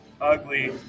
ugly